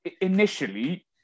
initially